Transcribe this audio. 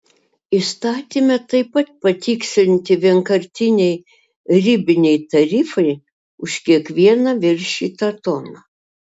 įstatyme taip pat patikslinti vienkartiniai ribiniai tarifai už kiekvieną viršytą toną